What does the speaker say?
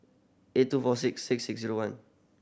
eight two four six six six zero one